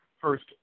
First